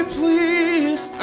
please